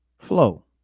flow